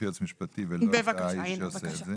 יועץ מקצועי ולא את האיש שעושה את זה?